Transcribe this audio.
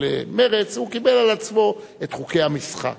למרצ הוא קיבל על עצמו את חוקי המשחק.